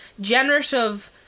generative